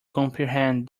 comprehend